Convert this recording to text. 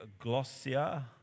glossia